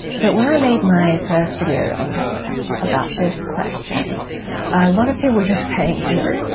but when i made my first video on pemdas about this question a lot of people were just saying, you know,